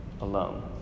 alone